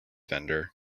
vendor